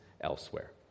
elsewhere